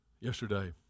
Yesterday